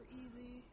easy